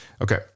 Okay